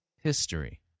history